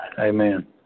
amen